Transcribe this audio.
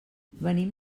venim